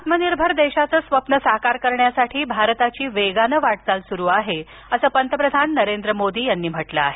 आत्मनिर्भर देशाचं स्वप्न साकार करण्यासाठी भारताची वेगानं वाटचाल सुरू आहे असं पंतप्रधान नरेंद्र मोदी यांनी म्हटलं आहे